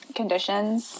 conditions